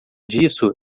disso